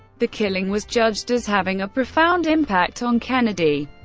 the killing was judged as having a profound impact on kennedy.